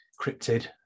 cryptid